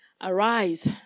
arise